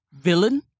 villain